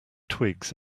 twigs